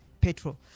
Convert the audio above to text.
petrol